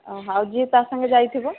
ଆଉ ଯିଏ ତା ସାଙ୍ଗେ ଯାଇଥିବ